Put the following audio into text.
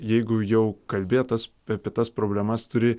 jeigu jau kalbėtas apie tas problemas turi